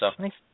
Thanks